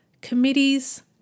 committees